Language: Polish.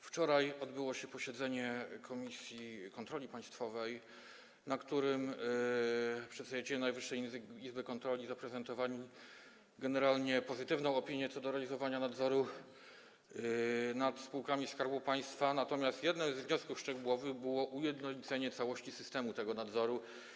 Wczoraj odbyło się posiedzenie komisji kontroli państwowej, na którym przedstawiciele Najwyższej Izby Kontroli zaprezentowali generalnie pozytywną opinię co do realizowania nadzoru nad spółkami Skarbu Państwa, natomiast jednym z wniosków szczegółowych było ujednolicenie całości systemu tego nadzoru.